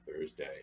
Thursday